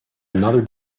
another